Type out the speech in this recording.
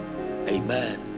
amen